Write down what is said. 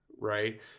Right